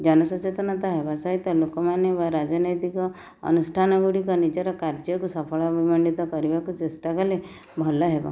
ଜନ ସଚେତନତା ହେବା ସହିତ ଲୋକମାନେ ବା ରାଜନୈତିକ ଅନୁଷ୍ଠାନ ଗୁଡ଼ିକ ନିଜର କାର୍ଯ୍ୟକୁ ସଫଳ ଅଭିମାନିତ କରିବାକୁ ଚେଷ୍ଟା କଲେ ଭଲ ହେବ